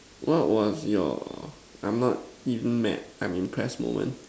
what was your I'm not even mad I'm impressed moment